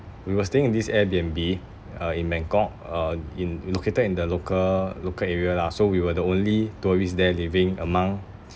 we were staying in this airbnb uh in bangkok uh in in located in the local local area lah so we were the only tourists there living among